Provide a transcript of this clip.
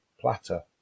platter